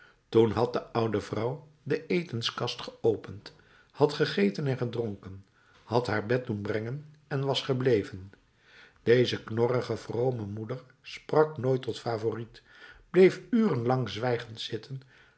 toen had de oude vrouw de etenskast geopend had gegeten en gedronken had haar bed doen brengen en was gebleven deze knorrige vrome moeder sprak nooit tot favourite bleef uren lang zwijgend zitten